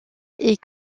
est